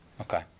Okay